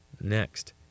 Next